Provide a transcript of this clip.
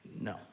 No